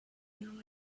now